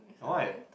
why